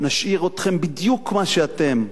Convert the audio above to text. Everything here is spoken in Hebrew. נשאיר אתכם בדיוק מה שאתם.